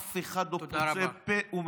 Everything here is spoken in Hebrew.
ואף אחד לא פוצה פה ומצפצף.